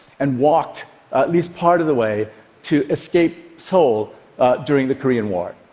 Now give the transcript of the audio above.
and walked at least part of the way to escape seoul during the korean war.